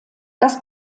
das